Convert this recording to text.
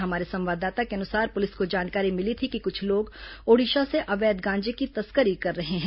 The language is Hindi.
हमारे संवाददाता के अनुसार पुलिस को जानकारी मिली थी कि कुछ लोग ओडिशा से अवैध गांजे की तस्करी कर रहे हैं